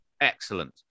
Excellent